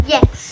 Yes